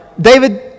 David